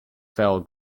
fell